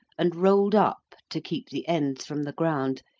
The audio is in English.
and rolled up, to keep the ends from the ground,